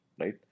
right